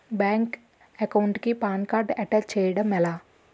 Bank account కి PAN card attach చేయడం ఎలా?